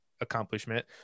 accomplishment